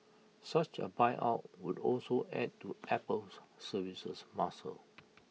such A buyout would also add to Apple's services muscle